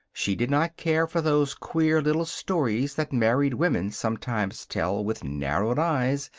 she did not care for those queer little stories that married women sometimes tell, with narrowed eyes,